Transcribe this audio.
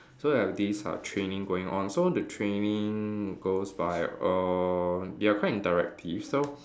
so they have this uh training going on so the training goes by err they are quite interactive so